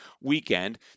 weekend